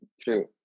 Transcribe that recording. true